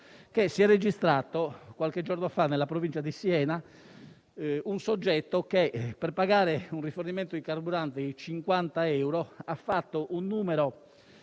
che si è registrato qualche giorno fa, nella Provincia di Siena, l'episodio in cui un soggetto, per pagare un rifornimento di carburante di 50 euro, ha fatto un numero